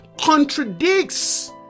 contradicts